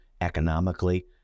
economically